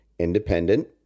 independent